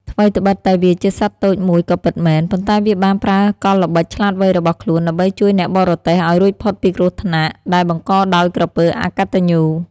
ថ្វីត្បិតតែវាជាសត្វតូចមួយក៏ពិតមែន ប៉ុន្តែវាបានប្រើកលល្បិចឆ្លាតវៃរបស់ខ្លួនដើម្បីជួយអ្នកបរទេះឲ្យរួចផុតពីគ្រោះថ្នាក់ដែលបង្កដោយក្រពើអកតញ្ញូ។